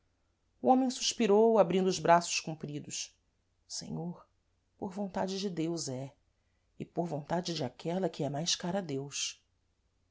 o homem suspirou abrindo os braços compridos senhor por vontade de deus é e por vontade de aquela que é mais cara a deus